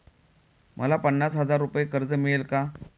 मला पन्नास हजार रुपये कर्ज मिळेल का?